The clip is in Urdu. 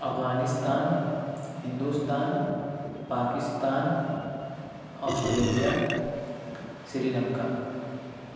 افغانستان ہندوستان پاکستان آسٹریلیا سری لنکا